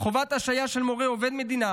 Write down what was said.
חובת השעיה של מורה עובד מדינה